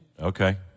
Okay